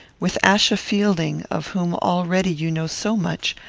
with achsa fielding, of whom already you know so much,